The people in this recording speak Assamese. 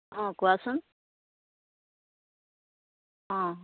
অ' কোৱাচোন অ'